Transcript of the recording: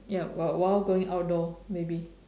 ya well while going outdoor maybe